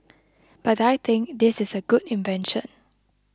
but I think this is a good invention